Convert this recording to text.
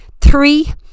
three